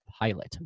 pilot